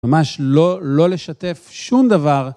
ממש לא-לא לשתף שום דבר.